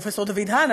פרופ' דוד האן,